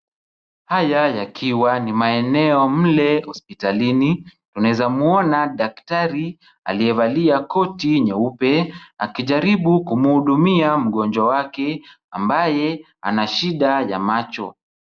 Haya yakiwa ni maeneo mle hospitalini, mnaweza muona daktari aliyevalia koti nyeupe, akijaribu kumhudumia mgonjwa wake ambaye ana shida ya macho.